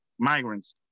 Migrants